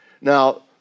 Now